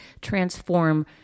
transform